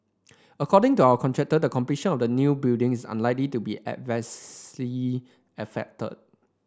according to our contractor the completion of the new buildings is unlikely to be adversely affected